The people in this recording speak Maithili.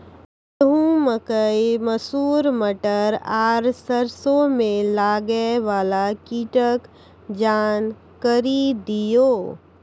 गेहूँ, मकई, मसूर, मटर आर सरसों मे लागै वाला कीटक जानकरी दियो?